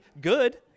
good